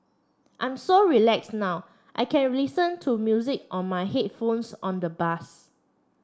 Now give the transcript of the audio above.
I'm so relax now I can listen to music on my headphones on the bus